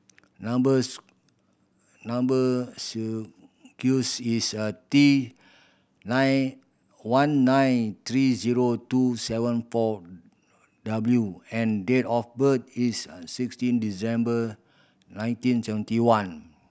number number is a T nine one nine three zero two seven four W and date of birth is sixteen December nineteen seventy one